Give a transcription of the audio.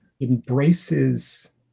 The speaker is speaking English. embraces